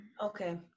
Okay